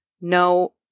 no